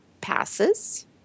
passes –